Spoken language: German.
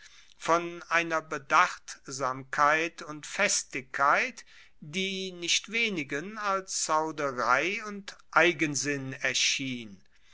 von einer bedachtsamkeit und festigkeit die nicht wenigen als zauderei und eigensinn erschien